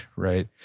right?